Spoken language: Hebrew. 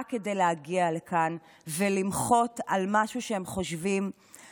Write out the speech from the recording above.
רק כדי להגיע לכאן ולמחות על משהו שהם חושבים שהוא